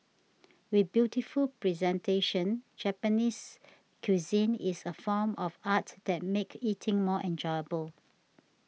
with beautiful presentation Japanese cuisine is a form of art that make eating more enjoyable